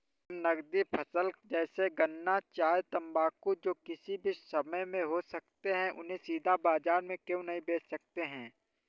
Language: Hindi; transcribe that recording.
हम नगदी फसल जैसे गन्ना चाय तंबाकू जो किसी भी समय में हो सकते हैं उन्हें सीधा बाजार में क्यो नहीं बेच सकते हैं?